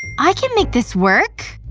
i can make this work!